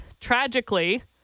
tragically